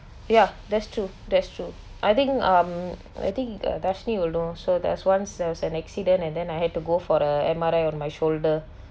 ya that's true that's true I think um I think uh dashni will know so there's once there was an accident and then I had to go for the M_R_I on my shoulder